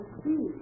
see